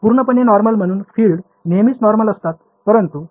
पूर्णपणे नॉर्मल म्हणून फील्ड नेहमीच नॉर्मल असतात परंतु